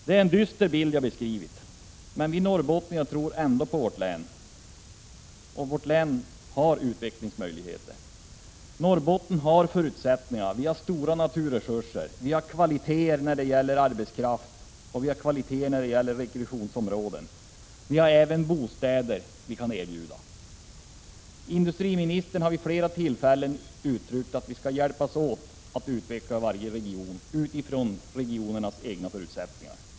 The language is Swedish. Det är en dyster bild jag har beskrivit, men vi norrbottningar tror ändå på vårt län, som har utvecklingsmöjligheter. Norrbotten har förutsättningar: stora naturresurser, kvaliteter när det gäller arbetskraft och rekreationsområden. Här kan även bostäder erbjudas. Industriministern har vid flera tillfällen uttryckt att vi skall hjälpas åt att utveckla varje region utifrån dess egna förutsättningar.